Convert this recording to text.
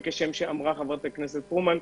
כשם שאמרה חברת הכנסת פרומן,